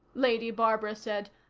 lady barbara said.